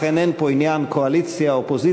לכן אין פה עניין של קואליציה אופוזיציה.